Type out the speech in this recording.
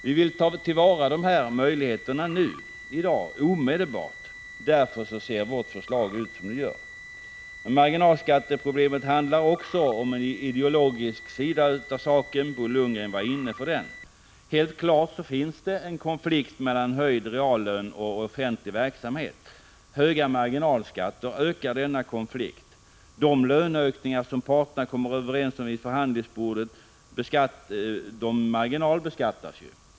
Vi vill ta till vara de möjligheterna nu, omedelbart. Därför ser vårt förslag ut som det gör. Men marginalskatteproblemet handlar också om en ideologisk sida av saken. Bo Lundgren var inne på den. Helt klart finns det en konflikt mellan höjd reallön och offentlig verksamhet. Höga marginalskatter ökar denna konflikt. De löneökningar som parterna kommer överens om vid förhandlingsbordet marginalbeskattas ju.